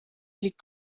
lès